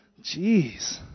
Jeez